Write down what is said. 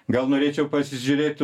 gal norėčiau pasižiūrėti